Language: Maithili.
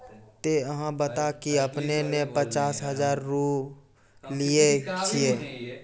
ते अहाँ बता की आपने ने पचास हजार रु लिए छिए?